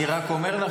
אני רק אומר,